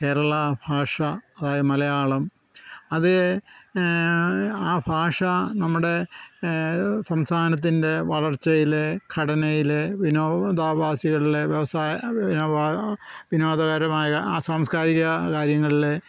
കേരള ഭാഷ അതായത് മലയാളം അത് ആ ഭാഷ നമ്മുടെ സംസ്ഥാനത്തിൻ്റെ വളർച്ചയിൽ ഘടനയിൽ വിനോദാഭാസികളിൽ വ്യവസായ വിനോദം വിനോദകരമായ ആ സാംസ്ക്കാരിക കാര്യങ്ങളിൽ